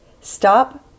Stop